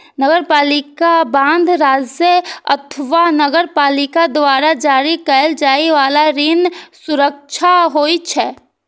नगरपालिका बांड राज्य अथवा नगरपालिका द्वारा जारी कैल जाइ बला ऋण सुरक्षा होइ छै